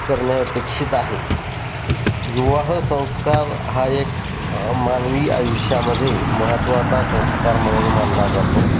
करणे अपेक्षित आहे विवाह संस्कार हा एक मानवी आयुष्यामध्ये महत्त्वाचा संस्कार म्हणून मानला जातो